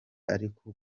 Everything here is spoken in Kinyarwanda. ariko